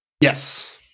Yes